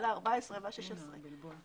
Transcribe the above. לגבי ה-14 וה-16 ימים.